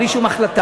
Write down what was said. בלי שום החלטה,